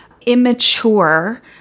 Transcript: immature